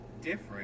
different